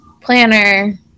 planner